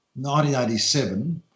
1987